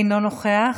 אינו נוכח,